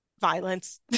violence